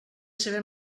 saber